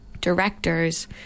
directors